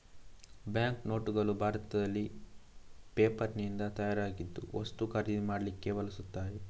bank ನೋಟುಗಳು ಭಾರತದಲ್ಲಿ ಪೇಪರಿನಿಂದ ತಯಾರಾಗಿದ್ದು ವಸ್ತು ಖರೀದಿ ಮಾಡ್ಲಿಕ್ಕೆ ಬಳಸ್ತಾರೆ